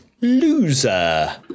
loser